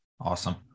Awesome